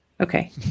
Okay